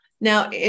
Now